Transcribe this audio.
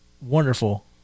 wonderful